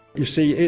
you see,